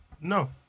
No